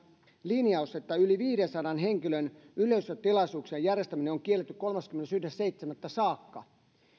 linjaus että yli viidensadan henkilön yleisötilaisuuksien järjestäminen on kielletty kolmaskymmenesensimmäinen seitsemättä saakka niin